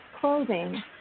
clothing